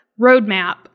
roadmap